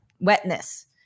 wetness